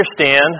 understand